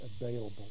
available